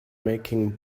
making